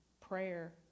prayer